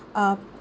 uh